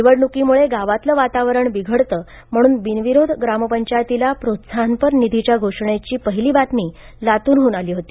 निवडणूकीम्ळे गावातलं वातावरण बिघडतं म्हणून बिनविरोध ग्रामपंचायतीला प्रोत्साहनपर निधीच्या घोषणेची पहिली बातमी लातूरहून आली होती